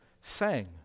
sang